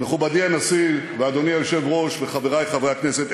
מכובדי הנשיא ואדוני היושב-ראש וחברי חברי הכנסת,